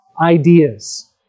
ideas